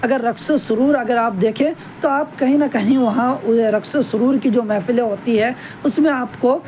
اگر رقص و سرور اگر آپ دیکھیں تو آپ کہیں نہ کہیں وہاں رقص و سرور کی جو محفلیں ہوتی ہیں اس میں آپ کو